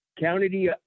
county